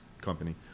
company